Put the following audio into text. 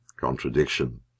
contradiction